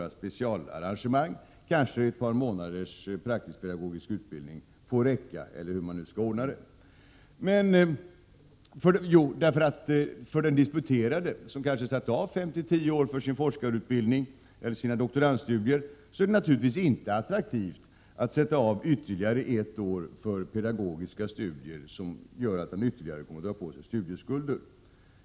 Man kanske t.ex. kan ordna det så att ett par månaders praktisk-pedagogisk utbildning får räcka. För den som har disputerat och kanske har satt av 5-10 år för sina doktorandstudier är det naturligtvis inte attraktivt att sätta av ytterligare ett år för pedagogiska studier som gör att man drar på sig ytterligare studieskulder.